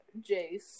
Jace